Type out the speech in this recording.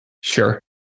sure